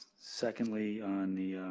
so bsecondly, on the,